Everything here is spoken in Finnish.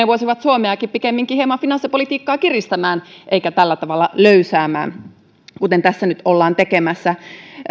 voisivat ohjata suomea pikemminkin hieman finanssipolitiikkaa kiristämään eikä tällä tavalla löysäämään kuten tässä nyt ollaan tekemässä